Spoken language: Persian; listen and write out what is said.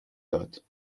داد